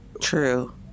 True